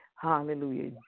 Hallelujah